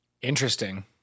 Interesting